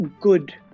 good